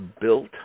built